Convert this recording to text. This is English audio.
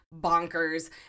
bonkers